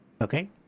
Okay